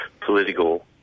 political